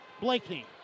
Blakeney